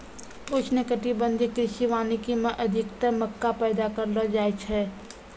उष्णकटिबंधीय कृषि वानिकी मे अधिक्तर मक्का पैदा करलो जाय छै